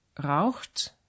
raucht